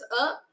up